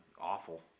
Awful